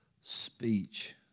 speech